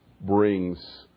brings